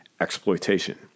exploitation